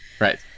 Right